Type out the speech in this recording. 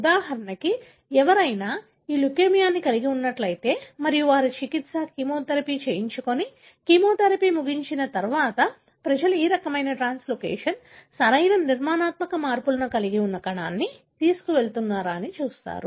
ఉదాహరణకు ఎవరైనా ఈ లుకేమియాను కలిగి ఉన్నట్లయితే మరియు వారు చికిత్స కీమోథెరపీ చేయించుకుని కీమోథెరపీ ముగిసిన తర్వాత ప్రజలు ఈ రకమైన ట్రాన్స్లోకేషన్ సరైన నిర్మాణాత్మక మార్పులను కలిగి ఉన్న కణాన్ని తీసుకువెళుతున్నారా అని చూస్తారు